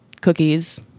Cookies